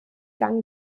gang